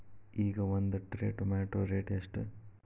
ಈಗ ಒಂದ್ tray tomato rate ಎಷ್ಟ?